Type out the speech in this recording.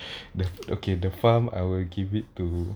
okay the farm I will give it to